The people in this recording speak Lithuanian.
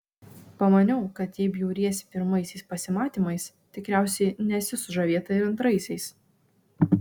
pamaniau kad jei bjauriesi pirmaisiais pasimatymais tikriausiai nesi sužavėta ir antraisiais